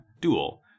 duel